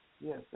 Yes